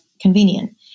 convenient